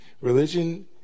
Religion